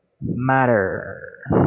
matter